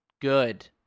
good